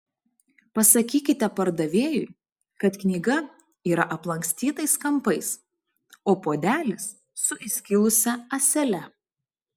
pasakykite pardavėjui kad knyga yra aplankstytais kampais o puodelis su įskilusia ąsele